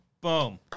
Boom